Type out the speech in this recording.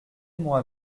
moi